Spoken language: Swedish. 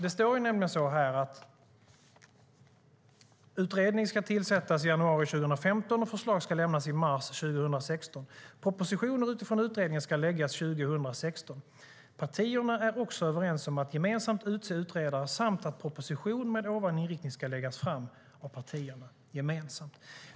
Det står nämligen så här: "En utredning . tillsätts i januari 2015 och ska lämna förslag i mars 2016. Propositioner utifrån utredningen ska läggas 2016. Partierna är också överens om att gemensamt utse utredare samt att proposition med ovan inriktning ska läggas fram av partierna gemensamt.